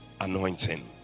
anointing